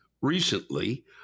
Recently